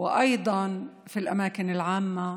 העבודה ובמקומות הציבוריים.